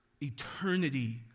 Eternity